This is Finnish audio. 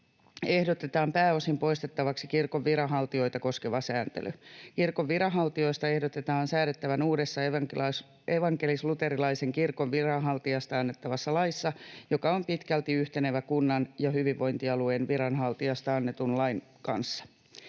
ehdotetaan pääosin poistettavaksi kirkon viranhaltijoita koskeva sääntely. Kirkon viranhaltijoista ehdotetaan säädettävän uudessa evankelis-luterilaisen kirkon viranhaltijasta annettavassa laissa, joka on pitkälti yhtenevä kunnan ja hyvinvointialueen viranhaltijasta annetun lain kanssa.